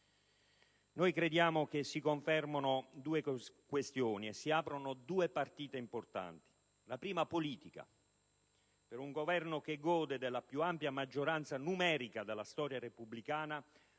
Crediamo si confermino due questioni e si aprano due partite importanti, la prima delle quali è politica: per un Governo che gode della più ampia maggioranza numerica della storia repubblicana,